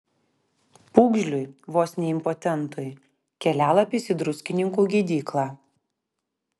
pūgžliui vos ne impotentui kelialapis į druskininkų gydyklą